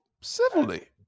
civilly